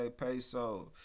Peso